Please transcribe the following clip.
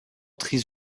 très